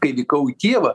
kai vykau į kijevą